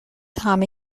همه